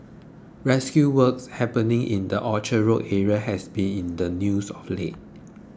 rescue work happening in the Orchard Road area has been in the news of late